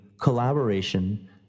collaboration